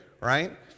right